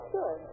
Sure